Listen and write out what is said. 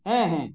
ᱦᱮᱸ ᱦᱮᱸ